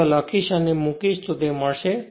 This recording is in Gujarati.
ફક્ત લખીશ અને મૂકીશ તો તે મળશે